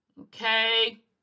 Okay